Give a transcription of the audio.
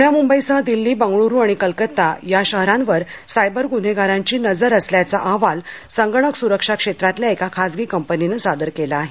पण्या मुंबईसह दिल्ली बंगळर आणि कोलकत्ता या शहरावर सायवर गुन्हेगारांची नजर असल्याचा अहवाल संगणक सुरक्षा क्षेत्रातल्या एका खासगी कंपनीनं सादर केला आहे